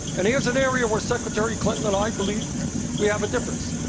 and here's an area where secretary clinton and i believe we have a difference.